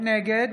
נגד